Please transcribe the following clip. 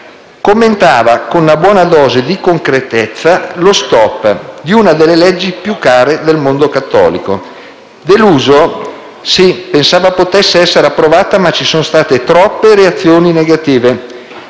commentava con una buona dose di concretezza lo *stop* di una delle leggi più care al mondo cattolico. Deluso? Si pensava potesse essere approvata ma ci sono state troppe reazioni negative.